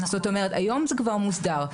זאת אומרת היום זה כבר מוסדר.